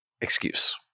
excuse